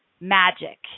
magic